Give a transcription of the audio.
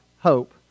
hope